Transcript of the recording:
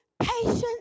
patience